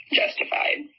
justified